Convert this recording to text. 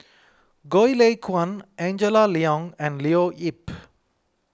Goh Lay Kuan Angela Liong and Leo Yip